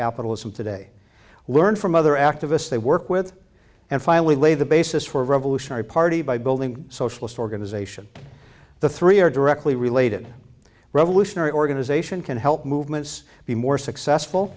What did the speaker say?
capitalism today learn from other activists they work with and finally lay the basis for revolutionary party by building socialist organization the three are directly related revolutionary organization can help movements be more successful